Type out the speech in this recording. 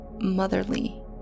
motherly